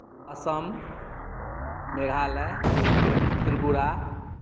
Assam Meghalaya Tripura